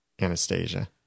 Anastasia